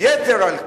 יתר על כן,